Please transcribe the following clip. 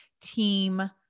team